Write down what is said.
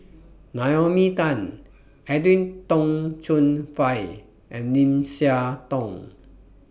Naomi Tan Edwin Tong Chun Fai and Lim Siah Tong